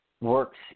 works